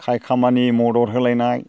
खाय खामानि मदद होलायनाय